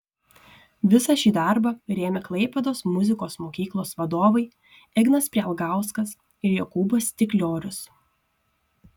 visą šį darbą rėmė klaipėdos muzikos mokyklos vadovai ignas prielgauskas ir jokūbas stikliorius